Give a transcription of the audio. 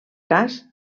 cas